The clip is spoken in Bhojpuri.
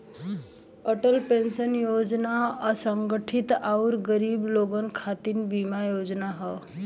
अटल पेंशन योजना असंगठित आउर गरीब लोगन खातिर बीमा योजना हौ